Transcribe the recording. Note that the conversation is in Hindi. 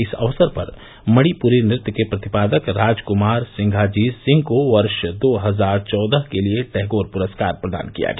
इस अवसर पर मणिप्री नृत्य के प्रतिपादक राजक्मार सिंघाजीत सिंह को वर्ष दो हजार चौदह के लिए टैगोर प्रस्कार प्रदान किया गया